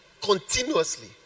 continuously